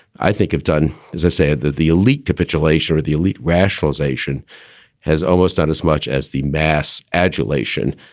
i think i've done, as i said, that the elite capitulation or the elite rationalization has almost done as much as the mass adulation.